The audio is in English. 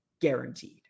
guaranteed